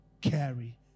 carry